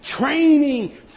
training